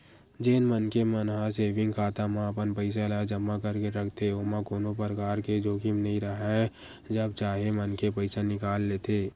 जेन मनखे मन ह सेंविग खाता म अपन पइसा ल जमा करके रखथे ओमा कोनो परकार के जोखिम नइ राहय जब चाहे मनखे पइसा निकाल लेथे